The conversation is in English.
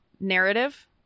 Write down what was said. narrative